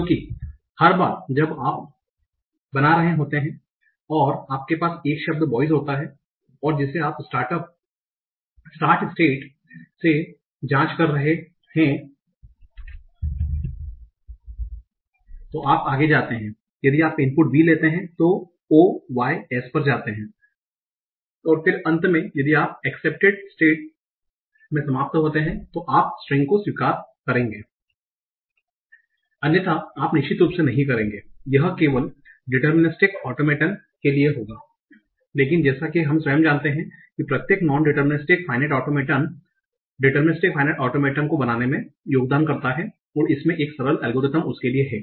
क्योंकि हर बार जब आप बना रहे होते हैं और आपके पास एक शब्द boys होता है और जिसे आप स्टार्ट स्टेट से जांच कर रहे हैं तो आप आगे जाते हैं यदि आप इनपुट b लेते तो आप o y s पर जाते हैं और फिर अंत में यदि आप एक्सेप्टेड स्टेट में समाप्त होते हैं तो आप स्ट्रिंग को स्वीकार करेंगे अन्यथा आप निश्चित रूप से नहीं करेंगे यह केवल डिटरमिनिसटिक ऑटोमेटन के लिए होगा लेकिन जैसा कि हम स्वयं जानते हैं कि प्रत्येक non deterministic finite automaton deterministic finite automaton को बनाने में योगदान करता है और इसमें एक सरल एल्गोरिथ्म उस के लिए है